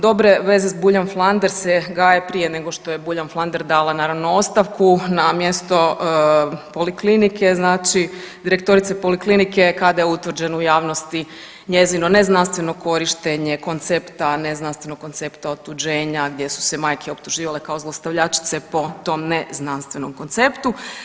Dobre veze s Buljan Flander se gaje prije nego što je Buljan Flander dala naravno ostavku na mjesto poliklinike znači direktorica poliklinike kada je utvrđeno u javnosti njezino neznanstveno korištenje koncepta neznanstvenog koncepta otuđenja gdje su se majke optuživale kao zlostavljačice po tom neznanstvenom konceptu.